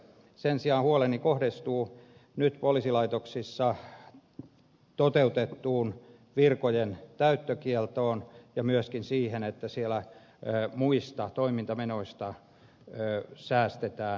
sen sijaan huoleni kohdistuu nyt poliisilaitoksissa toteutettuun virkojen täyttökieltoon ja myöskin siihen että siellä muista toimintamenoista säästetään